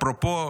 אפרופו